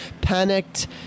panicked